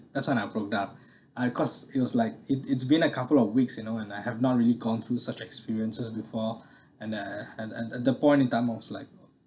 that's when I broke down I because it was like it it's been a couple of weeks you know and I have not really gone through such experiences before and uh and and the point in time I was like